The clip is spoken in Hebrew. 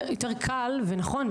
יותר קל ונכון,